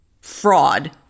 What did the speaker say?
fraud